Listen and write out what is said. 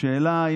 השאלה היא,